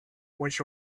was